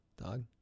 dog